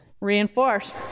reinforce